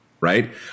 right